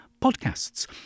podcasts